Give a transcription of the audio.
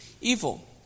evil